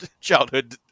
childhood